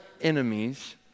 enemies